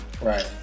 right